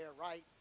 right